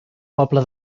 poble